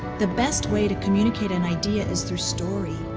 the best way to communicate an idea is through story.